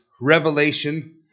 Revelation